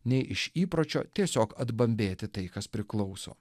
nei iš įpročio tiesiog atbambėti tai kas priklauso